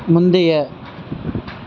முந்தைய